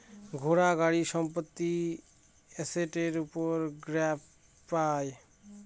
ঘোড়া, গাড়ি, সম্পত্তি এসেটের উপর গ্যাপ পাই